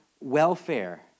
welfare